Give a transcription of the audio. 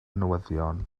newyddion